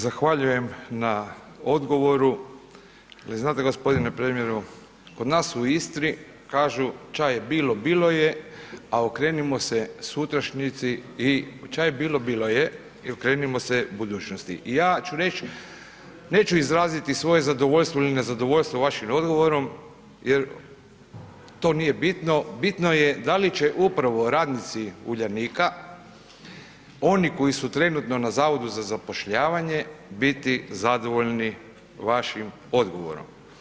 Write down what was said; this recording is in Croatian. Zahvaljujem na odgovoru, je li znate g. premijeru kod nas u Istri kažu „ča je bilo bilo je, a okrenimo se sutrašnjici i ča je bilo bilo je i okrenimo se budućnosti“ i ja ću reć, neću izraziti svoje zadovoljstvo ili nezadovoljstvo vašim odgovorom jer to nije bitno, bitno je da li će upravo radnici Uljanika, oni koji su trenutno na zavodu za zapošljavanju biti zadovoljni vašim odgovorom.